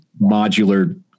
modular